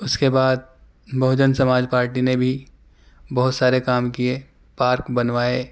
اس کے بعد بہوجن سماج پارٹی نے بھی بہت سارے کام کیے پارک بنوائے